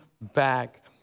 back